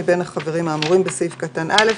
מבין החברים האמורים בסעיף קטן (א).